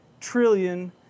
trillion